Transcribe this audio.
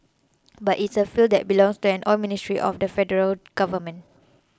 but it's a field that belongs to an Oil Ministry of the Federal Government